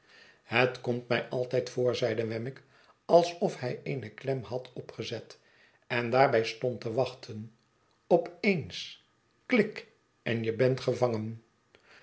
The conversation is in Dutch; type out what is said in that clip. het komt mij altijd voor zeide wemmick alsof hij eene klem had opgezet en daarbij stond te wachten op eens klik en jebent gevangen